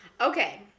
Okay